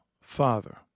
Father